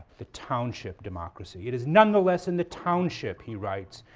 the township democracy. it is nonetheless in the township, he writes,